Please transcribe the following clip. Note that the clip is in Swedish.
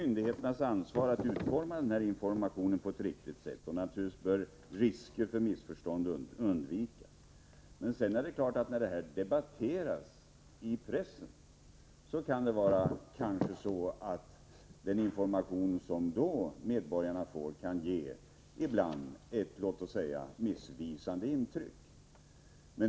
Myndigheterna har självfallet ett ansvar för att den information som de lämnar utformas på ett riktigt sätt, och naturligtvis bör risker för missförstånd undvikas. Men den information som medborgarna får genom pressen kan ibland ge ett missvisande intryck.